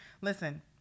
Listen